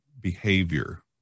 behavior